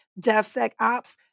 DevSecOps